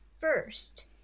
first